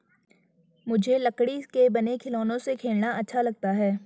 मुझे लकड़ी के बने खिलौनों से खेलना अच्छा लगता है